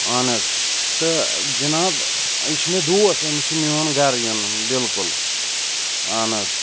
اہن حظ تہٕ جناب یہِ چھُ مےٚ دوس أمِس چھُ میٛون گھرٕ یُن بالکل اہن حظ